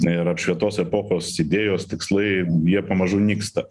ir apšvietos epochos idėjos tikslai jie pamažu nyksta